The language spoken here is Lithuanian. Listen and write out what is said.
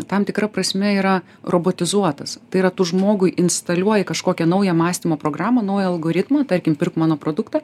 tam tikra prasme yra robotizuotas tai yra tu žmogui instaliuoji kažkokią naują mąstymo programą naują algoritmą tarkim pirk mano produktą